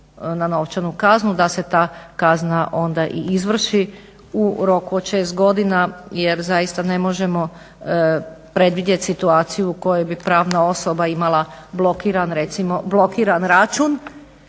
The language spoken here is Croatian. na novčanu kaznu da se ta kazna onda i izvrši u roku od 6 godina jer zaista ne možemo predvidjet situaciju u kojoj bi pravna osoba imala blokiran račun